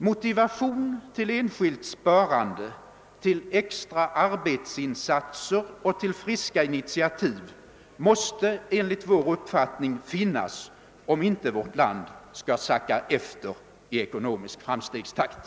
Motivation till enskilt sparande, till extra arbetsinsatser och till friska initiativ måste enligt vår uppfattning finnas, om inte vårt land skall sacka efter i ekonomisk framstegstakt.